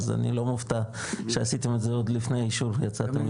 אז אני לא מופתע שעשיתם את זה עוד לפני האישור יצאתם לתכנון.